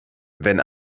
wenn